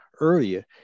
earlier